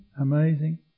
amazing